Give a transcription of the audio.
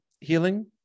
healing